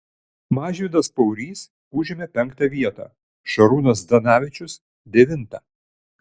mažvydas paurys užėmė penktą vietą šarūnas zdanavičius devintą